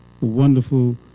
wonderful